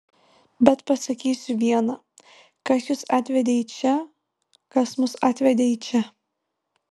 bet pasakysiu viena kas jus atvedė į čia kas mus atvedė į čia